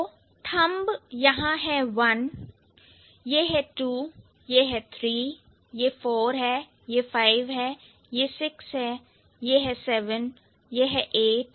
तो thumb यह है 1यह है 2 यह है 3 यह है 4 यह है 5 यह है 6 यह है 7यह है 8यह है 9और यह है 10